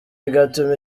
bigatuma